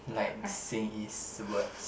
like Xin-Yi's words